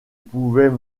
pouvaient